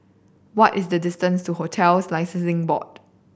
what is the distance to Hotels Licensing Board